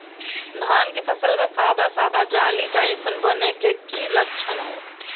धान के फसल में सादा सादा जाली जईसन बने के कि लक्षण हय?